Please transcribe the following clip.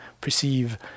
perceive